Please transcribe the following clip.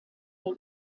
der